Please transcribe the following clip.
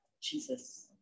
jesus